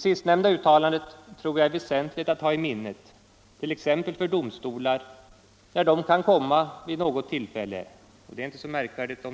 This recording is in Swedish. Sistnämnda uttalande tror jag är väsentligt att ha i minnet t.ex. för domstolar när de kan komma att vid något tillfälle — vilket inte är så märkvärdigt